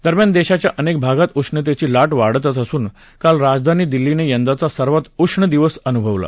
दरम्यान देशाच्या अनेक भागात उष्णतेचं मान वाढतंच असून काल राजधानी दिल्लीने यंदाचा सर्वात उष्ण दिवस अनुभवला